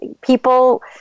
people